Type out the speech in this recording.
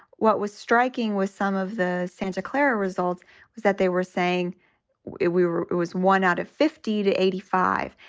what was striking was some of the santa clara results was that they were saying we were it was one out of fifty to eighty five.